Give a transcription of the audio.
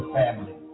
family